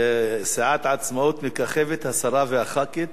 סיעת העצמאות מככבת, השרה והח"כית.